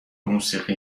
موسیقی